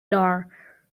door